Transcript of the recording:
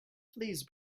please